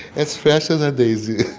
as fresh as a daisy